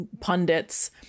pundits